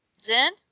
Zen